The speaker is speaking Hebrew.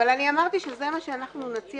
אמרתי שזה מה שאנחנו נציע.